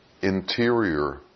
interior